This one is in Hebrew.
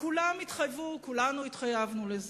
כולנו התחייבנו לזה.